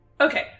Okay